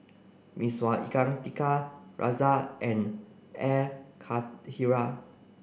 Mee Sua Ikan Tiga Rasa and Air Karthira